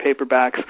paperbacks